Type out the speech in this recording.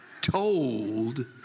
Told